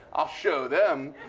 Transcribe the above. i'll show them.